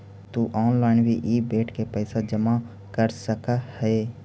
तु ऑनलाइन भी इ बेड के पइसा जमा कर सकऽ हे